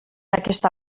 aquesta